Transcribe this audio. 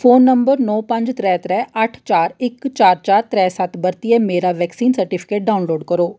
phone number नौ पंज त्रै त्रै अट्ठ चार इक चार चार त्रै सत्त बरतियै मेरा वैक्सीन सर्टिफिकेट डाउनलोड करो